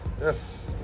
Yes